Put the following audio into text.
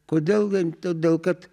kodėl todėl kad